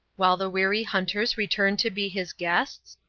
while the weary hunters return to be his guests?